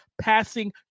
passing